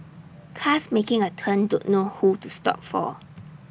cars making A turn don't know who to stop for